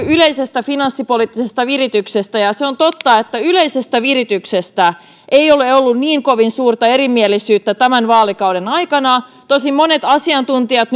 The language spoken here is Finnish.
yleisestä finanssipoliittisesta virityksestä ja se on totta että yleisestä virityksestä ei ole ollut niin kovin suurta erimielisyyttä tämän vaalikauden aikana tosin monet asiantuntijat